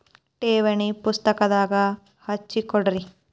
ಠೇವಣಿ ಪುಸ್ತಕದಾಗ ಹಚ್ಚಿ ಕೊಡ್ರಿ